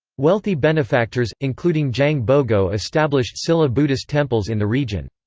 wealthy benefactors, including jang bogo established silla buddhist temples in the region.